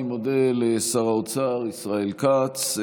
אני מודה לשר האוצר ישראל כץ.